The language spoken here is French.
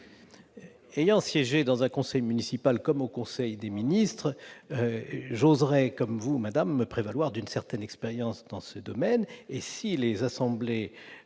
Ayant siégé dans un conseil municipal comme au conseil des ministres, j'oserai, comme vous, madame la garde des sceaux, me prévaloir d'une certaine expérience dans ce domaine. Si les assemblées